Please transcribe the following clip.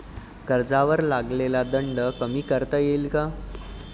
कर्जावर लागलेला दंड कमी करता येईल का?